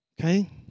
okay